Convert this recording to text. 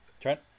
Trent